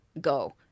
go